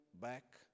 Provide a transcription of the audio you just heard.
back